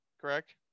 correct